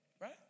right